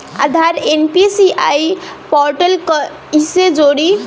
आधार NPCI portal पर कईसे जोड़ी?